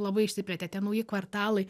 labai išsiplėtė tie nauji kvartalai